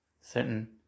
certain